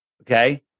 okay